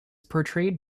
portrayed